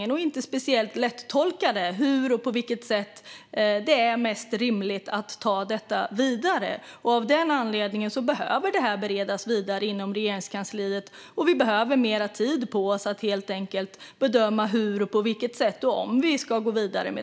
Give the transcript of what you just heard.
De är inte särskilt lättolkade när det gäller på vilket sätt det är mest rimligt att ta frågan vidare. Av den anledningen behöver frågan beredas vidare inom Regeringskansliet, och vi behöver mer tid på oss att helt enkelt bedöma hur och om vi ska gå vidare.